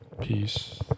Peace